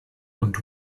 und